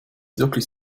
wirklich